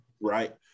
Right